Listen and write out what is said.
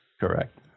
Correct